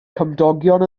cymdogion